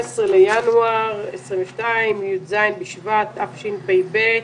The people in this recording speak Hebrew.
היום ה-19 לינואר 2022 י"ז בשבט תשפ"ב.